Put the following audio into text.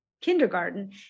kindergarten